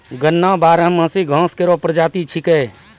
गन्ना बारहमासी घास केरो प्रजाति छिकै